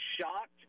shocked